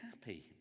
happy